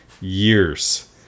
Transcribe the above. years